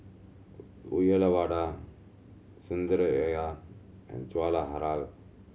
Uyyalawada Sundaraiah and Jawaharlal